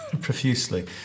profusely